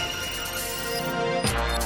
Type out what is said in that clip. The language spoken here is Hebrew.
אני פותח את הישיבה.